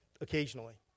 occasionally